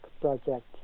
project